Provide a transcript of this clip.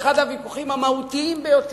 הוויכוח הזה היה אחד הוויכוחים המהותיים ביותר.